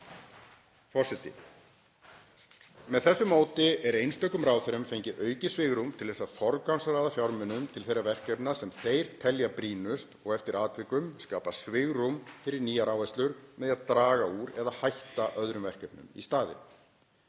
Forseti. Með þessu móti er einstökum ráðherrum fengið aukið svigrúm til að forgangsraða fjármunum til þeirra verkefna sem þeir telja brýnust og eftir atvikum skapa svigrúm fyrir nýjar áherslur með því að draga úr eða hætta öðrum verkefnum í staðinn.